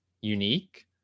unique